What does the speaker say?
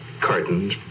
cartons